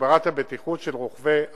להגברת הבטיחות של רוכבי האופנועים.